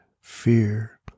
fear